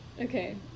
Okay